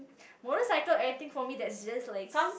motorcycle anything for me that is just like